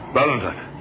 Valentine